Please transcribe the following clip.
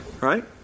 right